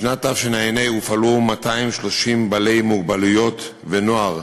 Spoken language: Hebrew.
שבשנת תשע"ה הופעלו 230 בעלי מוגבלויות ונוער